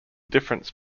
difference